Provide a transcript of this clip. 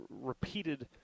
repeated